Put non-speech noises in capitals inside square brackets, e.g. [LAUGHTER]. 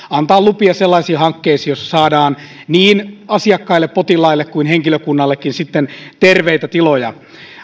[UNINTELLIGIBLE] antaa lupia sellaisiin hankkeisiin joissa saadaan niin asiakkaille potilaille kuin henkilökunnallekin sitten terveitä tiloja